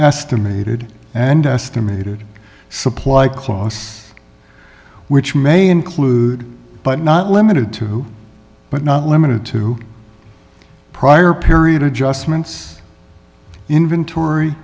estimated and estimated supply closs which may include but not limited to but not limited to prior period adjustments inventory